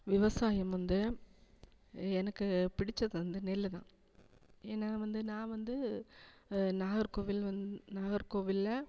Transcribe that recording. விவசாயம் வந்து எனக்கு பிடித்தது வந்து நெல்லு தான் ஏன்னா வந்து நான் வந்து நாகர்கோவில் வந் நாகர்கோவிலில்